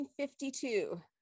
1952